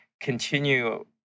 continue